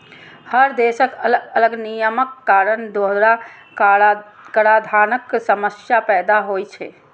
हर देशक अलग अलग नियमक कारण दोहरा कराधानक समस्या पैदा होइ छै